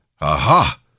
Aha